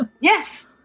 yes